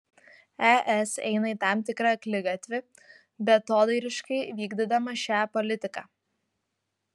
es eina į tam tikrą akligatvį beatodairiškai vykdydama šią politiką